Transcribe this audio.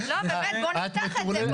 בואו נפתח את זה.